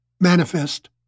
manifest